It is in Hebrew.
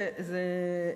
זה,